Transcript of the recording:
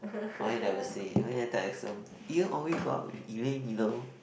why you never say you always go out with Elaine you know